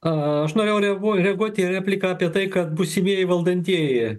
aš norėjau reaguo reaguot į repliką apie tai kad būsimieji valdantieji